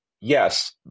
Yes